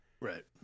right